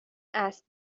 است